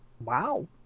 Wow